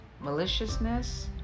maliciousness